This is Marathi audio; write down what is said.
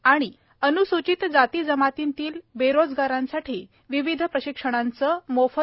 आणि अन्सूचित जाती जमातींतील बेरोजगारांसाठी विविध प्रशिक्षणांच मोफत